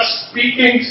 speaking